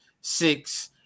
six